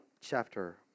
chapter